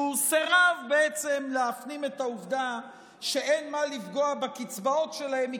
הוא סירב להפנים את העובדה שאין מה לגעת בקצבאות שלהם,